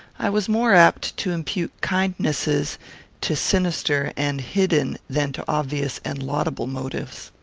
i was more apt to impute kindnesses to sinister and hidden than to obvious and laudable motives.